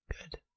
Good